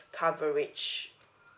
coverage